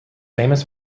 famous